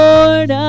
Lord